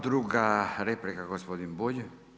Druga replika gospodin Bulj.